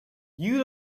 you